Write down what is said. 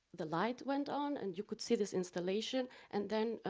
the light went on and you could see this installation. and then,